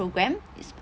program it's